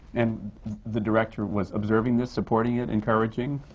and the director was observing this, supporting it, encouraging?